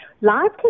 Live